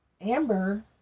Amber